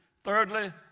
Thirdly